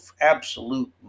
absolute